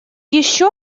еще